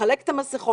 לחלק את המסכות,